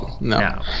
No